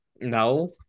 No